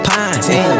Pine